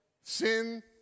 sin